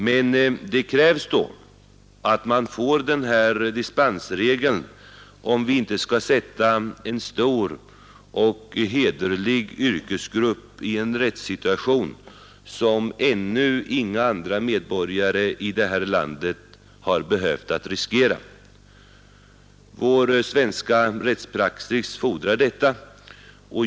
Men det krävs att man får denna dispensregel, om vi inte skall försätta en stor och hederlig yrkesgrupp i en rättssituation som ännu inga andra medborgare i det här landet har behövt riskera att hamna i. Vår svenska rättspraxis fordrar detta.